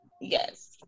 Yes